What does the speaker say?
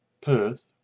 Perth